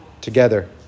together